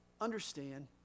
Understand